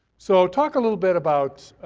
so talk a little bit about